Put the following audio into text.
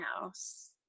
house